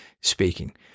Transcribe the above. speaking